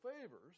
favors